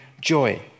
joy